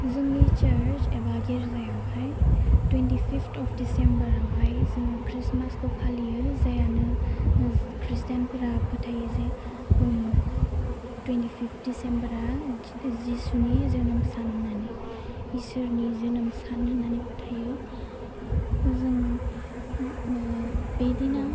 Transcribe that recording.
जोंनि चार्च एबा गिरजायावहाय टुइन्टिफिफ्ट अफ डिसेम्बरावहाय जोङो ख्रिस्टमासखौ फालियो जायआनो ख्रिस्टानफ्रा फोथायो जे टुइन्टिफिफ्ट डिसेम्बरा कि जिसुनि जोनोम सान होननानै ईश्वोरनि जोनोम सान होननानै फोथायो जों बे दिना